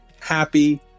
happy